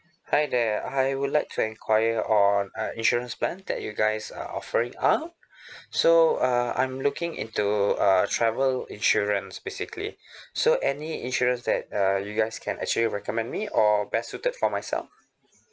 hi there I would like to enquire on uh insurance plans that you guys are offering out so uh I am looking into a travel insurance basically so any insurance that uh you guys can actually recommend me or best suited for myself